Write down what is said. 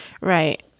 Right